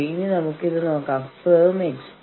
ഞങ്ങൾക്ക് നിങ്ങളെ കേൾക്കാൻ കഴിയില്ല